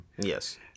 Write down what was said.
Yes